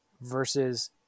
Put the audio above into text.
versus